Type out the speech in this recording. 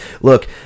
Look